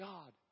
God